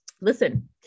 Listen